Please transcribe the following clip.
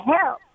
help